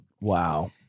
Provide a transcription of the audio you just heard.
Wow